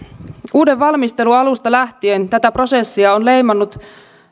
uuden valmistelun alusta lähtien tätä prosessia on leimannut